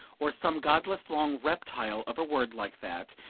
or some godless long reptile of a word like that,